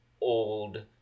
old